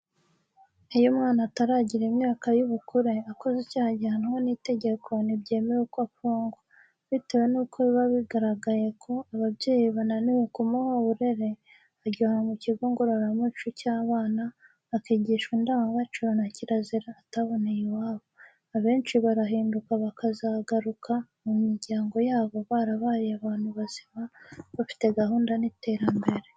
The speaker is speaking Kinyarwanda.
Iyo umwana ataragira imyaka y'ubukure akoze icyaha gihanwa n'itegeko ntibyemewe ko afungwa. Bitewe n'uko biba bigaragaye ko ababyeyi bananiwe kumuha uburere, ajyanwa mu kigo ngororamuco cy'abana, akigishwa indangagaciro na kirazira ataboneye iwabo; abenshi barahinduka bakazagaruka mu miryango yabo barabaye abantu bazima, bafite gahunda y'iterambere.